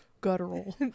guttural